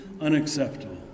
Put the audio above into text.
unacceptable